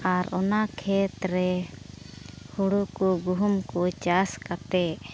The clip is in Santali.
ᱟᱨ ᱚᱱᱟ ᱠᱷᱮᱛ ᱨᱮ ᱦᱩᱲᱩ ᱠᱚ ᱜᱩᱦᱩᱢ ᱠᱚ ᱪᱟᱥ ᱠᱟᱛᱮᱫ